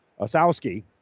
Osowski